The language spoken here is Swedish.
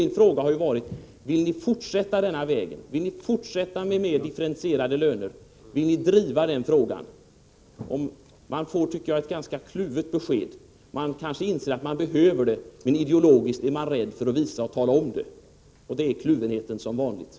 Min fråga har ju varit: Vill ni fortsätta denna väg, vill ni fortsätta med mer differentierade löner? Vill ni driva den frågan? Det besked som ges är ganska kluvet. Man kanske inser att man behöver denna utveckling, men ideologiskt är man rädd för att visa det och tala om det. Det är den vanliga kluvenheten.